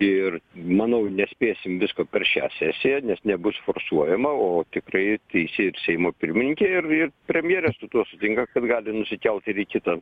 ir manau nespėsim visko per šią sesiją nes nebus forsuojama o tikrai teisi ir seimo pirmininkė ir ir premjerė su tuo sutinka kad gali nusikelt ir į kitą